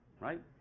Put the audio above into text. right